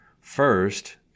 First